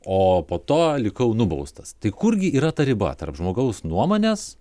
o po to likau nubaustas tai kurgi yra ta riba tarp žmogaus nuomonės